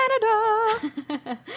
Canada